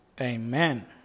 Amen